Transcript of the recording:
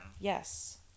Yes